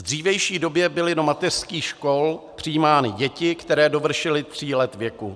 V dřívější době byly do mateřských škol přijímány děti, které dovršily tří let věku.